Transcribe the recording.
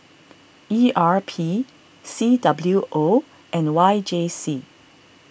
E R P C W O and Y J C